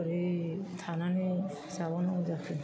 बोरै थानानै जाबावनांगौ जाखो